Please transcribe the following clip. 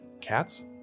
cats